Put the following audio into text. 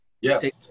Yes